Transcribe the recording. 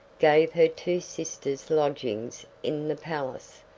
gave her two sisters lodgings in the palace,